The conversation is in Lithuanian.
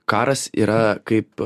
karas yra kaip